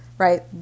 Right